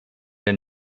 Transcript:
den